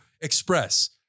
express